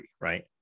right